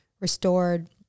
restored